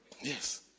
Yes